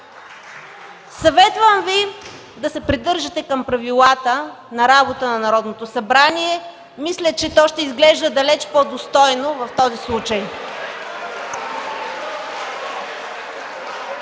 Съветвам Ви да се придържате към правилата на работа на Народното събрание. Мисля, че то ще изглежда далеч по-достойно в този случай.